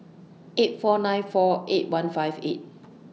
eight four nine four eight one five eight